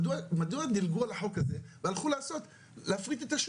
מדוע דילגו על החוק הזה, והלכו להפריט את השוק?